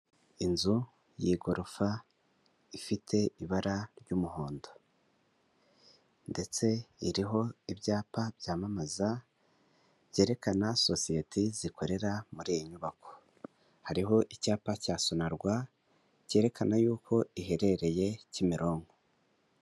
Inzu y'igorofa ifite ibara ry'umuhondo ndetse iriho ibyapa byamamaza byerekana sosiyete zikorera muri iyi nyubako, hariho icyapa cya sonarwa kerekana yuko iherereye Kimironko.